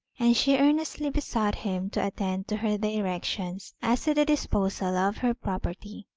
and she earnestly besought him to attend to her directions as to the disposal of her property,